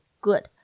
good